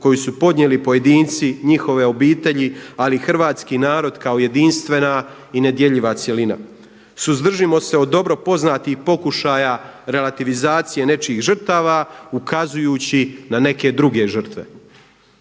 koju su podnijeli pojedinci, njihove obitelji, ali i hrvatski narod kao jedinstvena i nedjeljiva cjelina. Suzdržimo se o dobro poznatih pokušaja relativizacije nečijih žrtava ukazujući na neke druge žrtve.